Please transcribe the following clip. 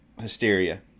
Hysteria